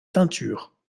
teinture